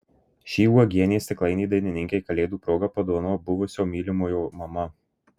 šį uogienės stiklainį dainininkei kalėdų proga padovanojo buvusio mylimojo mama